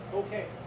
okay